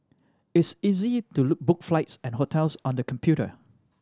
it's easy to look book flights and hotels on the computer